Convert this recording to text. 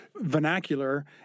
vernacular